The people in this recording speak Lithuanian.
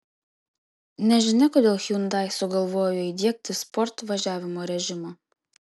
nežinia kodėl hyundai sugalvojo įdiegti sport važiavimo režimą